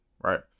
Right